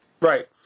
Right